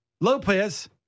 Lopez